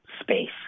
space